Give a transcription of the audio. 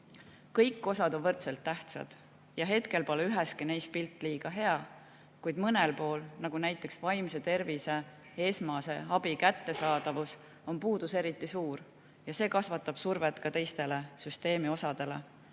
Kõik osad on võrdselt tähtsad ja hetkel pole üheski neist pilt liiga hea, kuid mõnes osas, nagu näiteks vaimse tervise esmase abi kättesaadavus, on puudus eriti suur ja see kasvatab survet ka teistele süsteemi osadele.